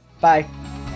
Bye